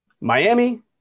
Miami